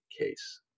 case